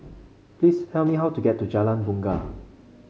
please tell me how to get to Jalan Bungar